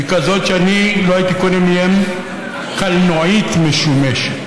היא כזאת שאני לא הייתי קונה מהם קלנועית משומשת.